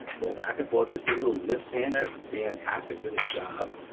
go back and forth, this is a little zip sander, fantastic for this job.